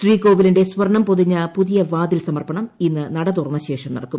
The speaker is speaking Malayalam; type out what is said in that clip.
ശ്രീകോവിലിന്റെ സ്വർണ്ം പൊതിഞ്ഞ പുതിയ വാതിൽ സമർപ്പണം ഇന്ന് നട തുറന്ന ശേഷം നടക്കും